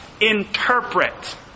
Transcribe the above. Interpret